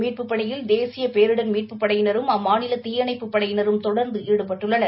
மீட்புப் பணியில் தேசிய பேரிடர் மீட்புப் படையினரும் அம்மாநில தீண்ப்பு படையினரும் தொடர்ந்து ஈடுபட்டுள்ளனர்